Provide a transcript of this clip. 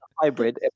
hybrid